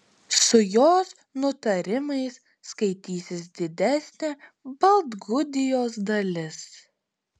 su jos nutarimais skaitysis didesnė baltgudijos dalis